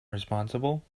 responsible